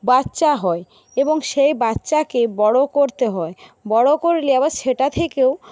বাচ্চা হয় এবং সেই বাচ্চাকে বড় করতে হয় বড় করলে আবার সেটা থেকেও